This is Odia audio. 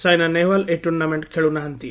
ସାଇନା ନେହେଓ୍ୱାଲ୍ ଏହି ଟୁର୍ଣ୍ଣାମେଣ୍ଟ ଖେଳୁ ନାହାନ୍ତି